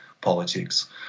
politics